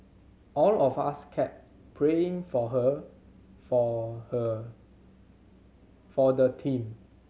all of us kept praying for her for her for the team